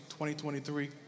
2023